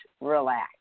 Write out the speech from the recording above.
relax